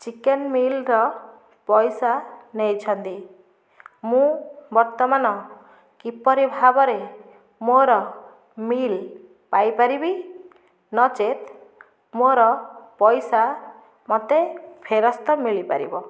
chicken meal ର ପଇସା ନେଇଛନ୍ତି ମୁଁ ବର୍ତ୍ତମାନ କିପରି ଭାବରେ ମୋର ମିଲ୍ ପାଇପାରିବି ନଚେତ ମୋର ପଇସା ମୋତେ ଫେରସ୍ତ ମିଳିପାରିବ